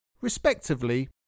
respectively